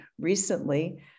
recently